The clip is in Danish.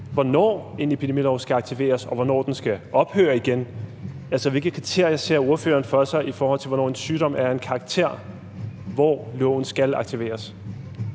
hvornår en epidemilov skal aktiveres, og hvornår den skal ophøre igen? Altså, hvilke kriterier ser ordføreren for sig, i forhold til hvornår en sygdom er af en karakter, hvor loven skal aktiveres?